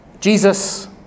Jesus